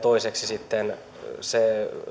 se se